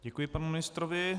Děkuji panu ministrovi.